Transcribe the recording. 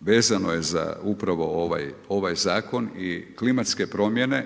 vezano je za upravo ovaj zakon i klimatske promjene